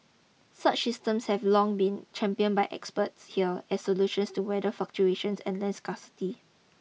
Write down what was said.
such systems have long been championed by experts here as solutions to weather fluctuations and land scarcity